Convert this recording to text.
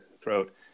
throat